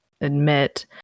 admit